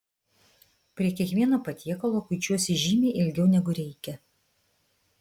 prie kiekvieno patiekalo kuičiuosi žymiai ilgiau negu reikia